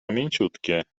mięciutkie